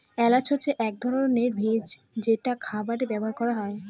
এলাচ হচ্ছে এক ধরনের ভেষজ যেটা খাবারে ব্যবহার করা হয়